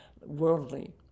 worldly